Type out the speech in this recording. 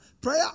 Prayer